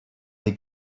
they